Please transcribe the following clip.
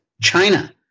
China